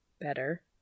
Better